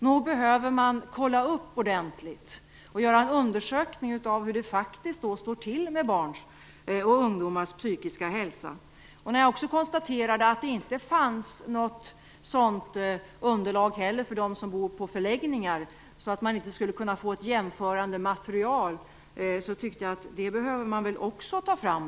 Nog behöver man kolla upp detta ordentligt, och göra en undersökning av hur det står till med barns och ungdomars psykiska hälsa. När jag också konstaterade att det inte heller fanns något sådant underlag för dem som bor på förläggningar, så att man inte skulle kunna få något jämförande material, tyckte jag att det behöver man också ta fram.